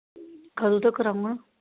कदूं तक्कर औङन